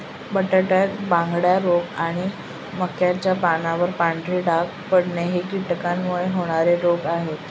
बटाट्यात बांगड्या रोग आणि मक्याच्या पानावर पांढरे डाग पडणे हे कीटकांमुळे होणारे रोग आहे